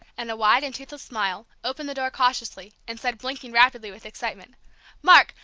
and a wide and toothless smile, opened the door cautiously, and said, blinking rapidly with excitement mark,